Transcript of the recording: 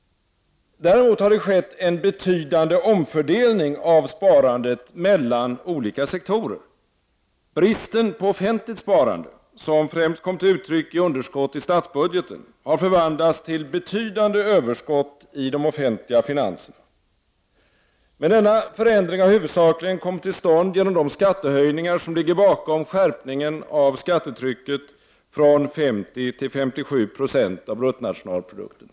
Däremot har det skett en betydande omfördelning av sparandet mellan olika sektorer. Bristen på offentligt sparande, som främst kom till uttryck i underskott i statsbudgeten, har förvandlats till betydande överskott i de offentliga finanserna. Men denna förändring har huvudsakligen kommit till stånd genom de skattehöjningar som ligger bakom skärpningen av skattetrycket från 50 till 57 70 av bruttonationalprodukten.